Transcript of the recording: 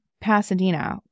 Pasadena